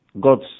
God's